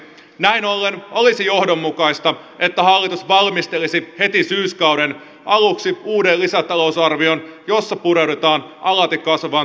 näin ollen olisi johdonmukaista että hallitus valmistelisi heti syyskauden aluksi uuden lisätalousarvion jossa pureudutaan alati kasvavaan työttömyys ongelmaan